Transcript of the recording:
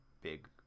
big